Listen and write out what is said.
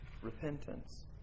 Repentance